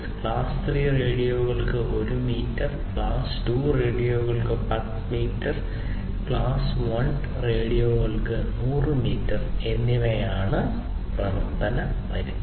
class 3 റേഡിയോകൾക്ക് 1 meter class 2 റേഡിയോകൾക്ക് 10 meter class 1 റേഡിയോകൾക്ക് 100 മീറ്റർ എന്നിവയാണ് പ്രവർത്തന പരിധി